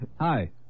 Hi